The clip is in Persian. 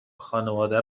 خانواده